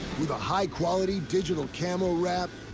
with a high-quality digital camo wrap,